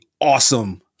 awesome